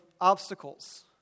obstacles